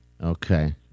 Okay